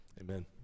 Amen